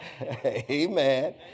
Amen